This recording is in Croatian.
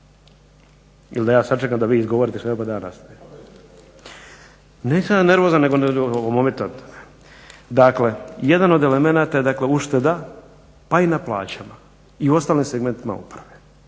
Ili da ja sačekam da vi izgovorite svoje pa da ja nastavim. Nisam ja nervozan nego me ometate. Dakle jedan od elemenata je ušteda pa i na plaćama i ostalim segmentima uprave.